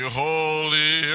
holy